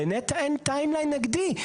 לנת"ע אין Timeline נגדי,